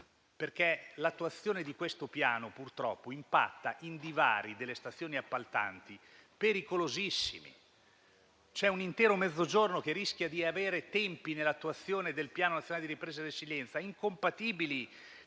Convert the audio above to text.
perché l'attuazione di questo Piano, purtroppo, impatta su divari delle stazioni appaltanti pericolosissimi. C'è un intero Mezzogiorno che, nell'attuazione del Piano nazionale di ripresa e resilienza, rischia di